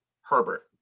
Herbert